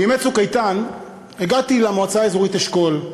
בימי "צוק איתן" הגעתי למועצה האזורית אשכול.